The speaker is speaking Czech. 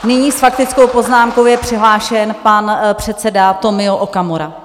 Nyní s faktickou poznámkou je přihlášen pan předseda Tomio Okamura.